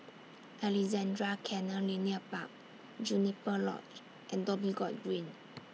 Alexandra Canal Linear Park Juniper Lodge and Dhoby Ghaut Green